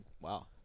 Wow